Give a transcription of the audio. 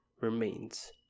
remains